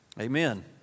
Amen